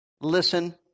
Listen